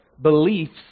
beliefs